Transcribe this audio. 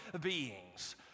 beings